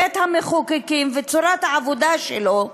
בית-המחוקקים וצורת העבודה שלו,